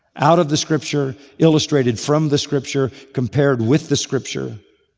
out of the scripture, illustrated from the scripture, compared with the scripture.